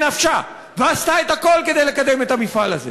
נפשה ועשתה את הכול כדי לקדם את המפעל הזה,